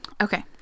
okay